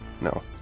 no